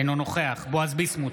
אינו נוכח בועז ביסמוט,